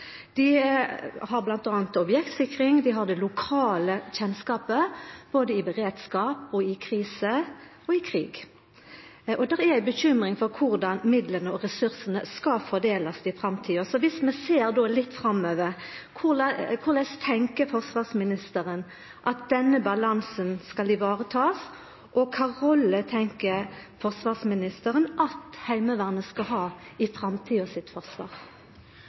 Dei har bl.a. objektsikring, og dei har den lokale kjennskapen, både i beredskap, i krise og i krig. Det er bekymring for korleis midlane og ressursane skal bli fordelte i framtida. Så dersom vi ser litt framover, korleis tenkjer forsvarsministeren at denne balansen skal bli vareteken, og kva rolle tenkjer forsvarsministeren at Heimevernet skal ha i framtidas forsvar?